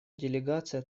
делегация